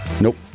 Nope